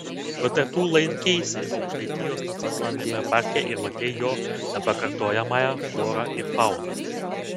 bet ar tu lankeisi aukštaitijos nacionaliniame parke ir matei jo nepakartojamąją florą ir fauną